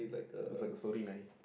looks like a